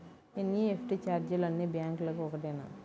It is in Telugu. ఎన్.ఈ.ఎఫ్.టీ ఛార్జీలు అన్నీ బ్యాంక్లకూ ఒకటేనా?